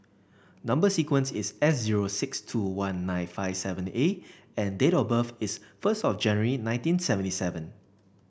number sequence is S zero six two one nine five seven A and date of birth is first of January nineteen seventy seven